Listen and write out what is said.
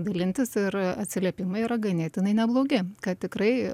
dalintis ir atsiliepimai yra ganėtinai neblogi kad tikrai